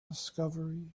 discovery